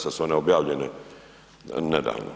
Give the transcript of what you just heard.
Sad su one objavljene nedavno.